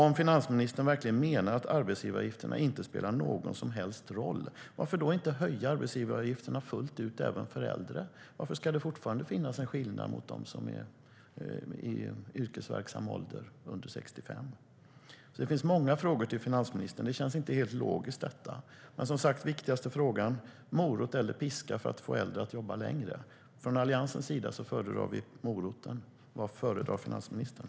Om finansministern på allvar menar att arbetsgivaravgifterna inte spelar någon som helst roll, varför då inte höja arbetsgivaravgifterna fullt ut även för äldre? Varför ska det fortfarande finnas en skillnad i förhållande till dem i yrkesverksam ålder, de under 65? Det finns många frågor till finansministern. Det här känns inte helt logiskt. Den viktigaste frågan är om det är morot eller piska som ska gälla för att äldre ska jobba längre. Från Alliansens sida föredrar vi morot. Vad föredrar finansministern?